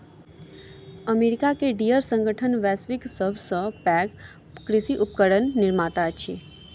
America के Deere संगठन विश्वक सभ सॅ पैघ कृषि उपकरण निर्माता अछि